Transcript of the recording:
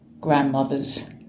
grandmother's